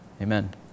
Amen